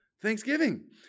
thanksgiving